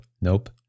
nope